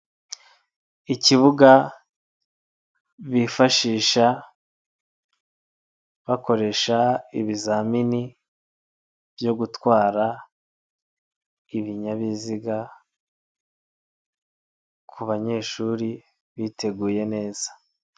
Ikibuga bifashisha, bakoresha ibizamini byo gutwara ibinyabiziga ku banyeshuri biteguye neza.